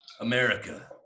America